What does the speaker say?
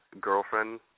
girlfriend